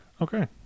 okay